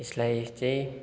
यसलाई चाहिँ